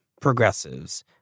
progressives